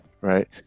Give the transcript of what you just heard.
right